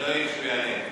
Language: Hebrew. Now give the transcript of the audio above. כנראה שהוא יענה.